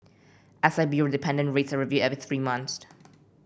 S I B O dependent rates are reviewed every three months